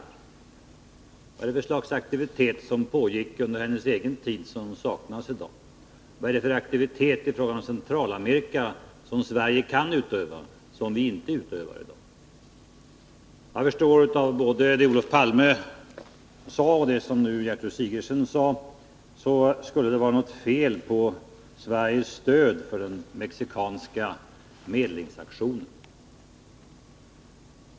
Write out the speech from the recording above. Vad var det för slags aktivitet som pågick under hennes egen tid i regeringen men som saknas i dag? Vad är det för aktivitet i fråga om Centralamerika som Sverige kan utöva men inte utövar? Jag förstår av vad både Olof Palme och Gertrud Sigurdsen sade att det skulle vara något fel på Sveriges stöd till den mexikanska medlingsaktionen.